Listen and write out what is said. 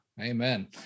Amen